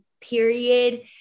period